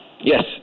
yes